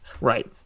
right